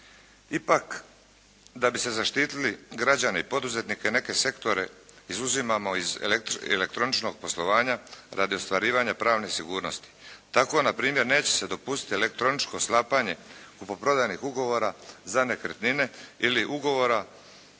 Ipak, da bi se zaštitili građane i poduzetnike, neke sektore izuzimamo iz elektroničnog poslovanja radi ostvarivanja pravne sigurnosti. Tako, npr. neće se dopustiti elektroničko sklapanje kupoprodajnih ugovora za nekretnine ili ugovora